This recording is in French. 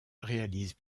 réalise